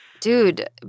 Dude